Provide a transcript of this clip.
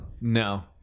No